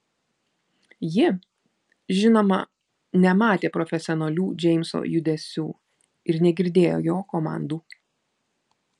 ji žinoma nematė profesionalių džeimso judesių ir negirdėjo jo komandų